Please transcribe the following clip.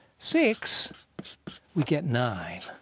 six we get nine.